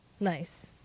Nice